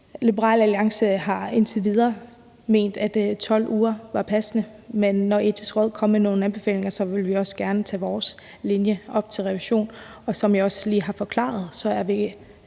Liberal Alliance har indtil videre ment, at 12 uger var passende, men når Det Etiske Råd kommer med nogle anbefalinger, vil vi også gerne tage vores linje op til revision. Og som jeg også lige har forklaret, er vi